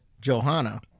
Johanna